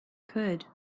could